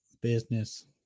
Business